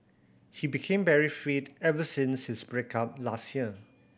he became very fit ever since his break up last year